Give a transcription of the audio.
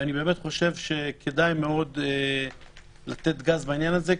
אני באמת חושב שכדאי מאוד לתת גז בעניין הזה,